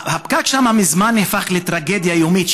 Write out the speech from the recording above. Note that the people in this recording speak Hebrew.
הפקק שם מזמן נהפך לטרגדיה יומית,